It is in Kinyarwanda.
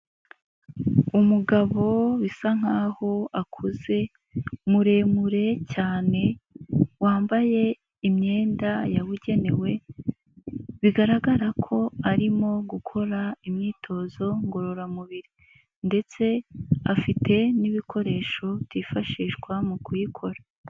Umugabo bisa nkaho akuze muremure cyane wambaye imyenda yabugenewe, bigaragara ko arimo gukora imyitozo ngororamubiri ndetse afite n'ibikoresho byifashishwa mu kuyikora.